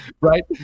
Right